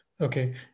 Okay